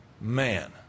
man